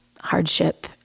hardship